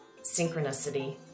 Synchronicity